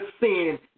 sin